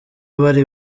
bari